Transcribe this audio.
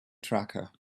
tracker